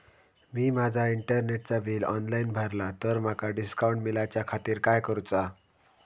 मी माजा इंटरनेटचा bill online भरला तर माका डिस्काउंट मिलाच्या खातीर काय करुचा?